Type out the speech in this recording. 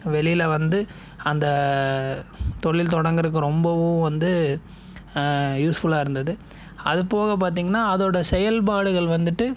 வெளியில் வந்து அந்த தொழில் தொடங்குறதுக்கு ரொம்பவும் வந்து யூஸ்ஃபுல்லாக இருந்தது அதுப்போக பார்த்திங்ன்னா அதோட செயல்பாடுகள் வந்துவிட்டு